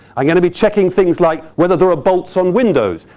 i'm gonna be checking things like whether there are bolts on windows.